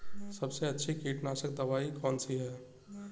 सबसे अच्छी कीटनाशक दवाई कौन सी है?